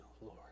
Lord